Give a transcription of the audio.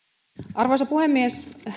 arvoisa puhemies